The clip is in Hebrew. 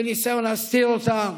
בניסיון להסתיר אותם,